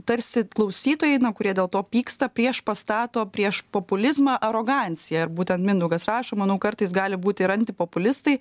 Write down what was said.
tarsi klausytojai na kurie dėl to pyksta prieš pastato prieš populizmą aroganciją ir būtent mindaugas rašo manau kartais gali būti ir anti populistai